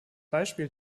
beispiel